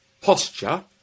posture